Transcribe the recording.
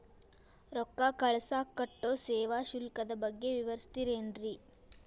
ರೊಕ್ಕ ಕಳಸಾಕ್ ಕಟ್ಟೋ ಸೇವಾ ಶುಲ್ಕದ ಬಗ್ಗೆ ವಿವರಿಸ್ತಿರೇನ್ರಿ?